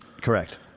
Correct